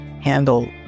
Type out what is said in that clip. handle